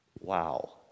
Wow